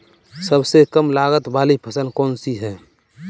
सबसे कम लागत वाली फसल कौन सी है?